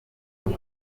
maze